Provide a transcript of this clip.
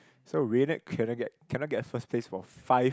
so Raned cannot get cannot get first place for five